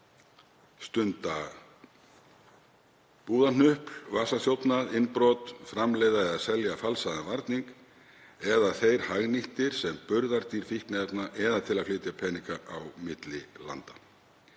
stunda búðarhnupl, vasaþjófnað, innbrot, framleiða eða selja falsaðan varning eða þeir hagnýttir sem burðardýr fíkniefna eða til að flytja peninga á milli landa